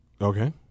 Okay